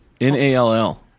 N-A-L-L